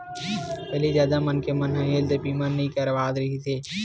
पहिली जादा मनखे मन ह हेल्थ बीमा नइ करवात रिहिस हे